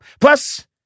Plus